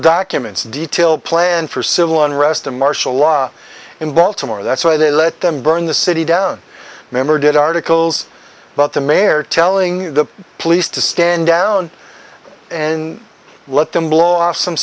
documents detail planned for civil unrest in martial law in baltimore that's why they let them burn the city down member did articles about the mayor telling the police to stand down and let them blow off some